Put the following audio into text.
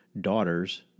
daughters